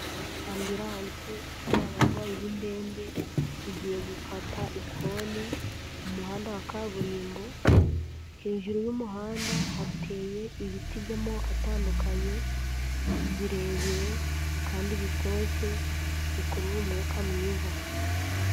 Ambilance itwara abarwayi b'indembe igiye gukata ikoni mu muhanda wa kaburimbo, hejuru y'umuhanda hateye ibiti by'amoko atandukanye birebire kandi bitoshye bikurura umwuka mwiza.